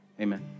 amen